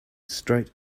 straight